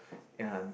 ya